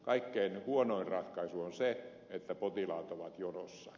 kaikkein huonoin ratkaisu on se että potilaat ovat jonossa